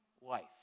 life